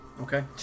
Okay